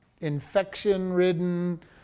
infection-ridden